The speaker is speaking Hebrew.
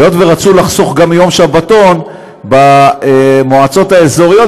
היות שרצו לחסוך יום שבתון במועצות האזוריות,